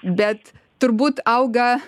bet turbūt auga